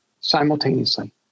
simultaneously